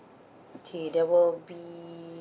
okay there will be